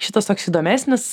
šitas toks įdomesnis